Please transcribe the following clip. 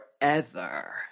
forever